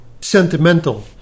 sentimental